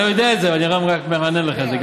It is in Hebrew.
אתה יודע את זה, אבל אני רק מרענן לכם את זה.